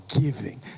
giving